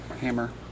hammer